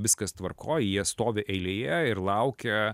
viskas tvarkoj jie stovi eilėje ir laukia